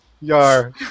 Yar